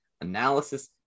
analysis